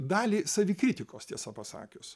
dalį savikritikos tiesa pasakius